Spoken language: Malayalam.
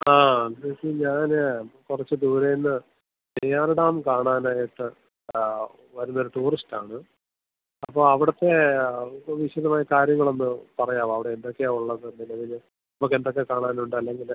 ആ ചേച്ചി ഞാൻ കുറച്ച് ദൂരെ നിന്ന് നെയ്യാർ ഡാം കാണാനായിട്ട് വരുന്ന ഒരു ടൂറിസ്റ്റ് ആണ് അപ്പോൾ അവിടത്തെ വിശദമായി കാര്യങ്ങളൊന്ന് പറയാമോ അവിടെ എന്തൊക്കെയാണ് ഉള്ളത് നിലവിൽ നമുക്ക് എന്തൊക്കെ കാണാനുണ്ട് അല്ലെങ്കിൽ